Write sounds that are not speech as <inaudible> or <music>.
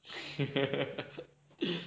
<laughs>